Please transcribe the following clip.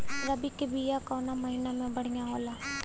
रबी के बिया कवना महीना मे बढ़ियां होला?